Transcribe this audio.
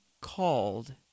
called